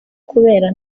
kubera